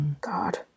god